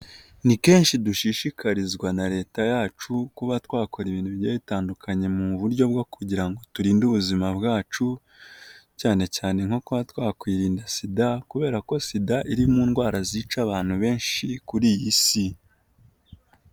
Ni kenshi dushishikarizwa na leta yacu kuba twakora ibintu byatandukanye mu buryo bwo kugira ngo turinde ubuzima bwacu cyane cyane nko kuba twakwirinda sida kubera ko sida iri mu ndwara zica abantu benshi kuri iyi si.